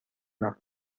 وقت